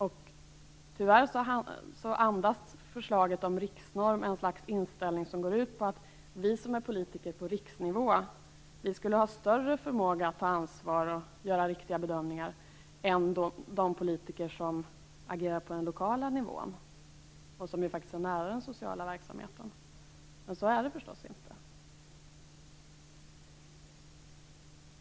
Tyvärr andas förslaget om riksnorm en inställning som går ut på att vi som är politiker på riksnivå skulle ha större förmåga att ta ansvar och göra riktiga bedömningar än de politiker som agerar på den lokala nivån och som ju faktiskt är nära den sociala verksamheten. Men så är det förstås inte.